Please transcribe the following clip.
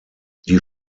die